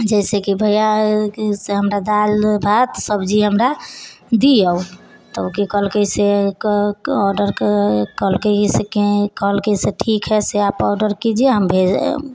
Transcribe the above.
जैसे कि भइया हमरा दालि भात सब्जी हमरा दिऔ तब की कलकै से ऑर्डर के कहलकै से कहलकै से ठीक है से आप ऑर्डर कीजिए हम भेज